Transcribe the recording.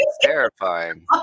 terrifying